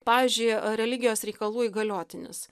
pavyzdžiui religijos reikalų įgaliotinis